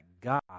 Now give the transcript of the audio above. God